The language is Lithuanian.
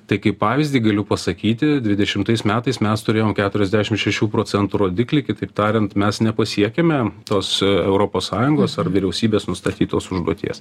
tai kaip pavyzdį galiu pasakyti dvidešimtais metais mes turėjom keturiasdešim šešių procentų rodiklį kitaip tariant mes nepasiekėme tos europos sąjungos ar vyriausybės nustatytos užduoties